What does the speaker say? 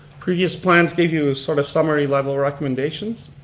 previous plans gave you sort of summary level recommendations.